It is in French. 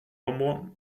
ombre